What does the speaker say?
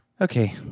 Okay